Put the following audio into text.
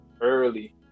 early